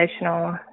emotional